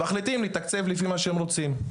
אבל מחליטים לתקצב לפי מה שהם רוצים.